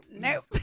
Nope